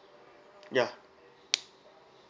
ya